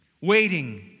waiting